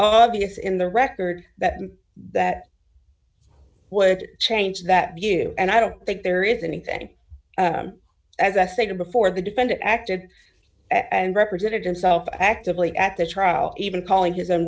gets in the record that that would change that view and i don't think there is anything as i stated before the defendant acted and represented himself actively at the trial even calling his own